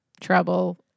trouble